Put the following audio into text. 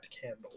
candle